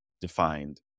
defined